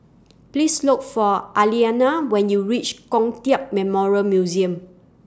Please Look For Aliana when YOU REACH Kong Tiap Memorial Museum